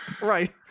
right